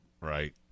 Right